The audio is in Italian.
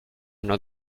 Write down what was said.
una